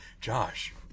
Josh